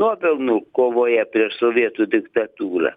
nuopelnų kovoje prieš sovietų diktatūrą